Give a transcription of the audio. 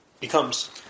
becomes